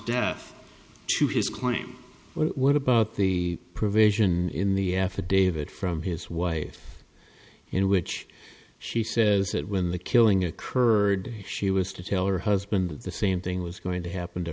death to his claim what about the provision in the affidavit from his wife in which she says that when the killing occurred she was to jail or husband the same thing was going to happen to